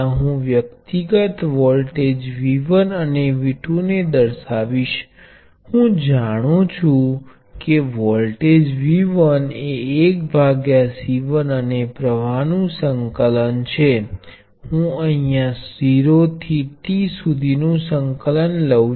તેથી તે બધામાં સમાન વોલ્ટેજ દેખાય છે પરંતુ તે સંબંધિત નથી કારણ કે પ્ર્વાહ સ્ત્રોતમાંથી વોલ્ટેજ નો તેના પ્રવાહ પર કોઈ પ્રભાવ નથી અને કિર્ચહોફના પ્ર્વાહ ના કાયદાની એપ્લિકેશન બતાવે છે કે અહીં વહેતું પ્રવાહ I 1 I 2 I 3 છે